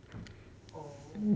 oh